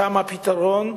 שם הפתרון,